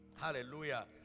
hallelujah